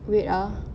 wait ah